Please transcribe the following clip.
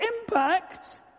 impact